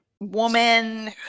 woman